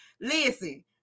listen